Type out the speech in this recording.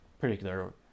particular